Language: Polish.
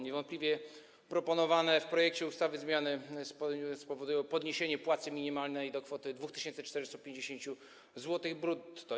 Niewątpliwie proponowane w projekcie ustawy zmiany spowodują podniesienie płacy minimalnej do kwoty 2450 zł brutto.